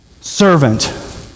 Servant